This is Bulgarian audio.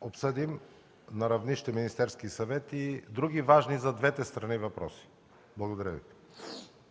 обсъдим на равнище Министерски съвет и други важни за двете страни въпроси. Благодаря Ви.